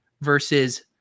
versus